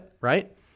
right